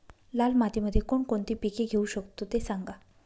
लाल मातीमध्ये कोणकोणती पिके घेऊ शकतो, ते सांगा